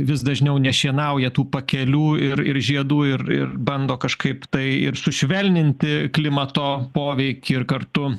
vis dažniau nešienauja tų pakelių ir ir žiedų ir ir bando kažkaip tai ir sušvelninti klimato poveikį ir kartu